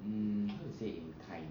hmm how to say it in kind words